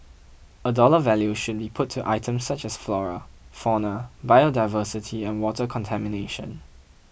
a dollar value should be put to items such as flora fauna biodiversity and water contamination